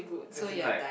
as in like